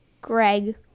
Greg